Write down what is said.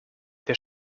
der